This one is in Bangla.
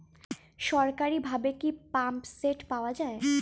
সরকারিভাবে কি পাম্পসেট পাওয়া যায়?